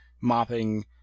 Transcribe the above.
mopping